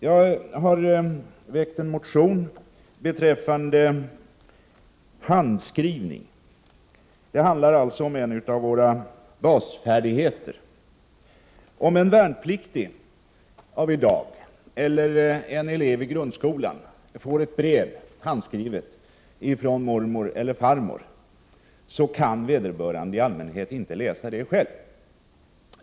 Jag har väckt en motion beträffande handskrivning, dvs. en av våra basfärdigheter. Om en värnpliktig av i dag eller en elev i grundskolan får ett handskrivet brev från mormor eller farmor kan vederbörande i allmänhet inte läsa det själv.